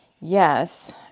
Yes